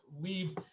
leave